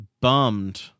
bummed